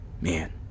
man